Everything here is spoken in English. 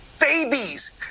babies